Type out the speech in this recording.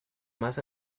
más